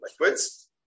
liquids